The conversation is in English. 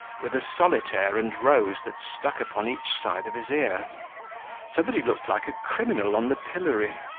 with a solitaire and rose that stuck upon each side of his ear so that he looked like a criminal on the pillory.